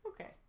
Okay